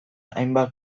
hainbat